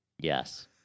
Yes